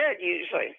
usually